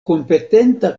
kompetenta